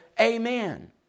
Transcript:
Amen